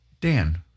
Dan